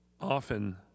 often